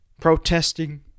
protesting